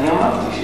אמרתי,